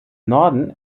norden